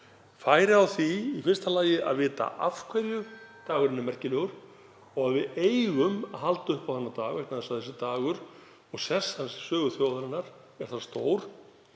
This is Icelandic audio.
færi á því að vita af hverju dagurinn er merkilegur. Við eigum að halda upp á þennan dag vegna þess að þessi dagur og sess hans í sögu þjóðarinnar er það stór